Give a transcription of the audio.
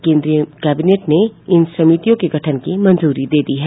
केन्द्रीय कैबिनेट ने इन समिमियों के गठन की मंजूरी दे दी है